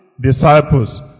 disciples